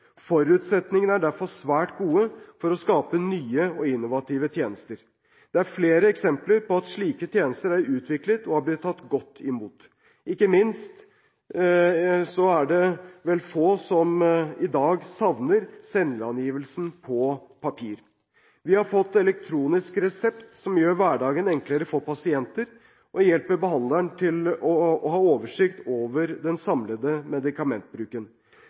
Forutsetningene er derfor svært gode for å skape nye og innovative tjenester. Det er flere eksempler på at slike tjenester er utviklet og er blitt tatt godt imot. Ikke minst er det vel få som i dag savner selvangivelsen på papir. Vi har fått elektronisk resept, som gjør hverdagen enklere for pasienter og hjelper behandleren til å ha oversikt over den samlede medikamentbruken.